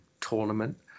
tournament